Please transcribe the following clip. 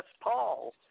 Paul